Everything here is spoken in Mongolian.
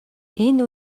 энэ